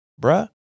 bruh